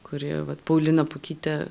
kuri vat paulina pukytė